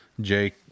jake